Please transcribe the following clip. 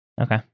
Okay